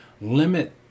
limit